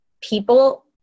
people